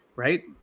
Right